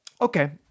Okay